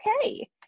okay